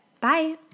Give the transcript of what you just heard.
Bye